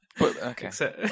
Okay